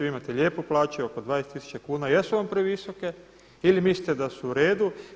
Vi imate lijepu plaću oko 20 tisuća kuna, jesu vam previsoke ili mislite da su u redu?